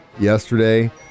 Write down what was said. Yesterday